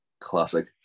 Classic